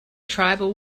tribal